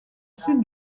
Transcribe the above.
sud